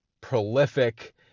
prolific